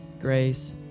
Grace